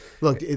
Look